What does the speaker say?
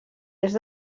est